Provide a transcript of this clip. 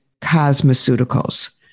cosmeceuticals